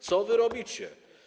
Co wy robicie?